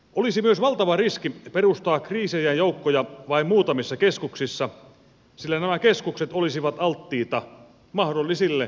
olisi myös valtava riski perustaa kriisiajan joukkoja vain muutamissa keskuksissa sillä nämä keskukset olisivat alttiita mahdollisille iskuille